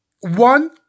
one